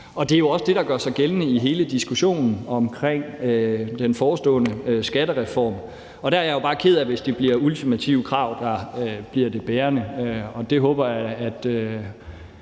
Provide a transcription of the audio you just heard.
Det er jo også det, der gør sig gældende i hele diskussionen omkring den forestående skattereform, og der er jeg bare ked af det, hvis det bliver ultimative krav, der bliver det bærende, og der håber jeg –